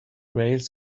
wales